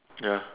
ya